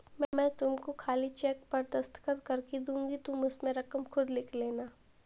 मैं तुमको खाली चेक पर दस्तखत करके दूँगी तुम उसमें रकम खुद लिख लेना